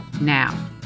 Now